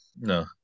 No